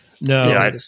No